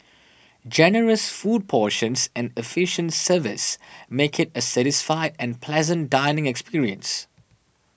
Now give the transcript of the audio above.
generous food portions and efficient service make it a satisfied and pleasant dining experience